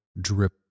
drip